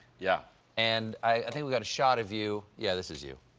yeah and i think we have a shot of you yeah, this is you.